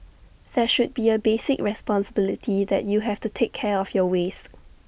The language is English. there should be A basic responsibility that you have to take care of your waste